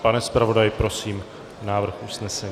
Pane zpravodaji, prosím, návrh usnesení.